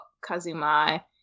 Kazuma